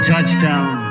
Touchdown